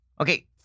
Okay